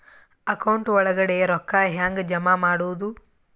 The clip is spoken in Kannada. ಅಕೌಂಟ್ ಒಳಗಡೆ ರೊಕ್ಕ ಹೆಂಗ್ ಜಮಾ ಮಾಡುದು?